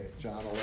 John